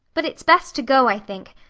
but it's best to go, i think,